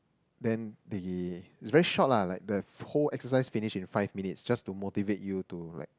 then the is very short lah the whole exercise finish in five minutes just to motivate you to like